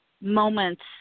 moments